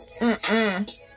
mm-mm